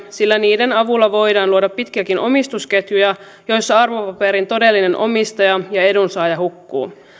sillä niiden avulla voidaan luoda pitkiäkin omistusketjuja joissa arvopaperin todellinen omistaja ja edunsaaja hukkuu